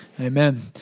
Amen